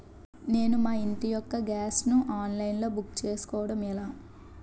నేను మా ఇంటి యెక్క గ్యాస్ ను ఆన్లైన్ లో బుక్ చేసుకోవడం ఎలా?